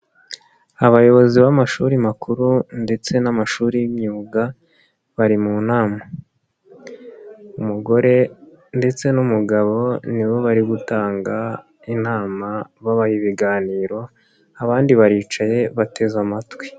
Abayobozi b'amashuri makuru ndetse n'amashuri y'imyuga, bari mu nama. Umugore ndetse n'umugabo nibo bari gutanga inama babaha ibiganiro, abandi baricaye bateze amatwi.